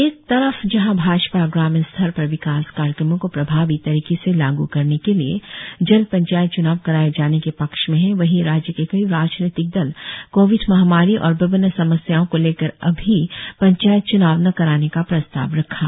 एक तरफ जहां भाजपा ग्रामीण स्तर पर विकास कार्यक्रमों को प्रभावी तरीके से लागू करने के लिए जल्द पंचायत च्नाव कराए जाने के पक्ष में है वहीं राज्य के कई राजनीतिक दल कोविड महामारी और विभिन्न समस्याओं को लेकर अभी पंचायत च्नाव न कराने का प्रस्ताव रखा